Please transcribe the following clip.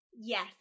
Yes